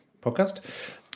podcast